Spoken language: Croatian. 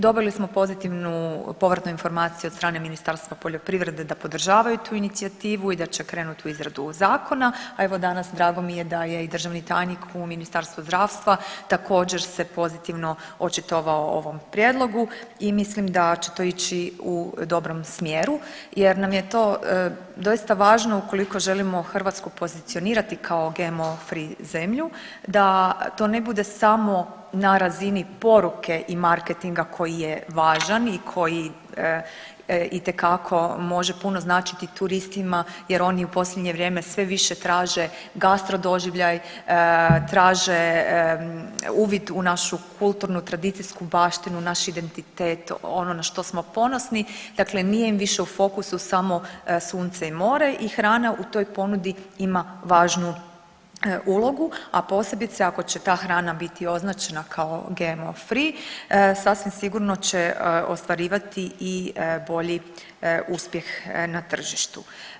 Dobili smo pozitivnu povratnu informaciju od strane Ministarstva poljoprivrede da podržavaju tu inicijativu i da će krenut u izradu zakona, a evo danas drago mi je da je i državni tajnik u Ministarstvu zdravstva također se pozitivno očitovao o ovom prijedlogu i mislim da će to ići u dobrom smjeru jer nam je to doista važno ukoliko želimo Hrvatsku pozicionirati kao GMO free zemlju da to ne bude samo na razini poruke i marketinga koji je važan i koji itekako može puno značiti turistima jer oni u posljednje vrijeme sve više traže gastro doživljaj, traže uvid u našu kulturnu tradicijsku baštinu, naš identitet, ono na što smo ponosni, dakle nije im više u fokusu samo sunce i more i hrana u toj ponudi ima važnu ulogu, a posebice ako će ta hrana biti označena kao GMO free sasvim sigurno će ostvarivati i bolji uspjeh na tržištu.